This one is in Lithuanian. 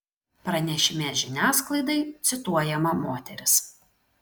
pranešime žiniasklaidai cituojama moteris